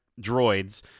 droids